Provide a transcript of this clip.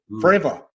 forever